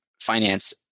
finance